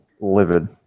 livid